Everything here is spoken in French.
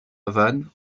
havane